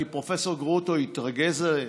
כי פרופ' גרוטו התרגז עליי.